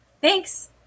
Thanks